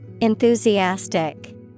Enthusiastic